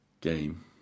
game